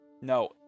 No